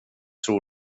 tror